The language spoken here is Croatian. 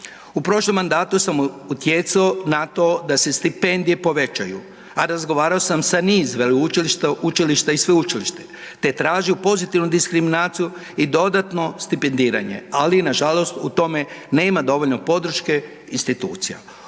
U prošlom mandatu sam utjecao na to da se stipendije povećaju, a razgovarao sam sa niz veleučilišta, učilišta i sveučilišta, te tražio pozitivnu diskriminaciju i dodatno stipendiranje, ali nažalost u tome nema dovoljno podrške institucija.